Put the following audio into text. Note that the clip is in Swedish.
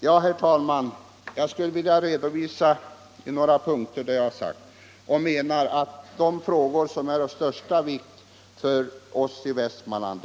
Ja, herr talman, jag skulle i några punkter vilja redovisa vilka frågor som är av största vikt för oss i Västmanland.